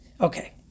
Okay